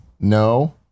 No